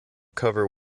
cover